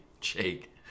Jake